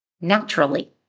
Naturally